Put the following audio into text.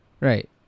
right